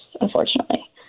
unfortunately